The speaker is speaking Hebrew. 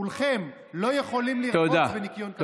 כולכם לא יכולים לרחוץ בניקיון כפיים.